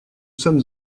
sommes